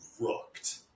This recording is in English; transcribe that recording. rooked